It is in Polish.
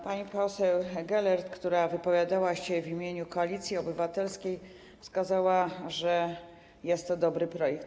Pani poseł Gelert, która wypowiadała się w imieniu Koalicji Obywatelskiej, wskazała, że jest to dobry projekt.